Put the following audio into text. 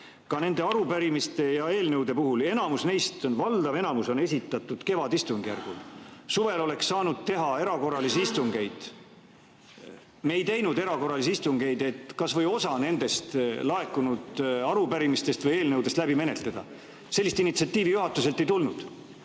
ka nende arupärimiste ja eelnõude puhul. Enamik neist, valdav osa on esitatud kevadistungjärgul. Suvel oleks saanud teha erakorralisi istungeid. Me ei teinud erakorralisi istungeid, et kas või osa nendest laekunud arupärimistest või eelnõudest ära menetleda. Sellist initsiatiivi juhatuselt ei tulnud.